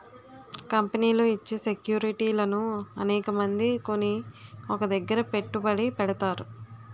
కంపెనీలు ఇచ్చే సెక్యూరిటీలను అనేకమంది కొని ఒక దగ్గర పెట్టుబడి పెడతారు